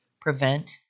prevent